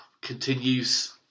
continues